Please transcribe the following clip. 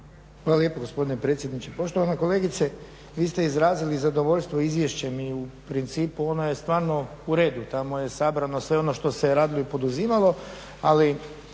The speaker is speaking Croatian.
Hvala lijepo gospodine predsjedniče. Poštovana kolegice, vi ste izrazili zadovoljstvo izvješćem i u principu ono je stvarno uredu, tamo je sabrano sve ono što se radilo i poduzimalo ali